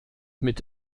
mit